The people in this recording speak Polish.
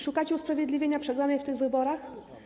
Szukacie usprawiedliwienia przegranej w tych wyborach.